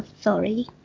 sorry